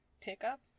pickup